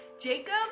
Jacob